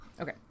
Okay